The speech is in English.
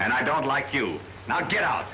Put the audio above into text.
and i don't like you now get out